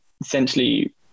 essentially